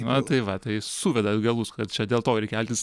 na tai va tai suvedat galus kad čia dėl to reik keltis